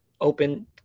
open